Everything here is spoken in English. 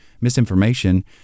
misinformation